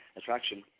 attraction